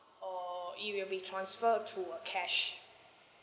or it will be transfer to a cash